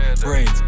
Brains